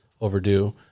overdue